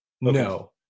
no